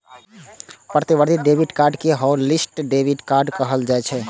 प्रतिबंधित debit card कें hotlist debit card कहल जाइ छै